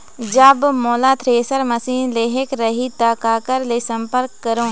जब मोला thresher machine लेहेक रही ता काकर ले संपर्क करों?